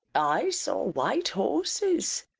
i saw white horses.